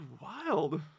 wild